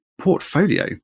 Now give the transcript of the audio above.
Portfolio